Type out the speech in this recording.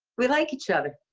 we like each other.